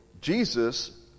Jesus